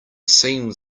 seems